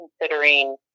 considering